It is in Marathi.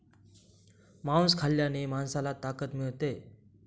मांस खाल्ल्याने माणसाला ताकद मिळते